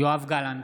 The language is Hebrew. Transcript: יואב גלנט,